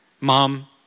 Mom